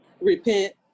Repent